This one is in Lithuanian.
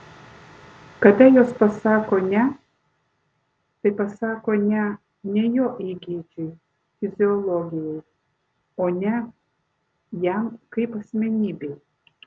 kada jos pasako ne tai pasako ne ne jo įgeidžiui fiziologijai o ne jam kaip asmenybei